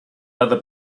other